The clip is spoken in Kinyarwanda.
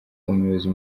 umuyobozi